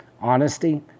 honesty